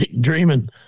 Dreaming